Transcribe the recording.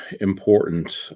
important